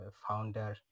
founder